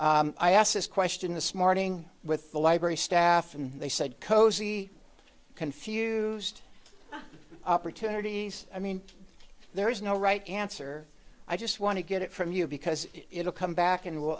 there i asked this question this morning with the library staff and they said cozy confused opportunities i mean there is no right answer i just want to get it from you because it'll come back and will